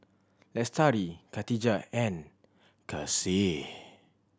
Lestari Khatijah and Kasih